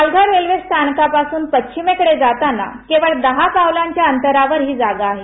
Palghar railway स्थानकापासून पश्चिमेकडे जाताना केवळ दहा पावलांच्या अंतरावर ही जागा आहे